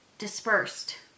dispersed